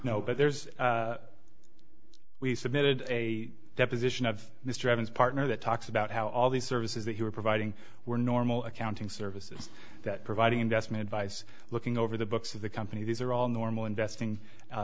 but there's we submitted a deposition of mr evans partner that talks about how all these services that you were providing were normal accounting services that provide investment advice looking over the books of the company these are all normal investing